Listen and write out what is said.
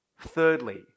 Thirdly